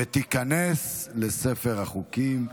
ותיכנס לספר החוקים.